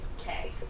okay